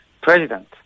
president